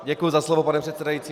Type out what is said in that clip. Děkuji za slovo, pane předsedající.